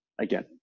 Again